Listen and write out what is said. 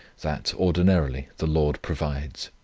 that, ordinarily, the lord provides.